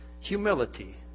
humility